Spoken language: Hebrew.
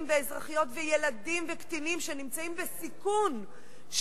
ואזרחיות וילדים וקטינים שנמצאים בסיכון,